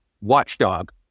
watchdog